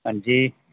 ਹਾਂਜੀ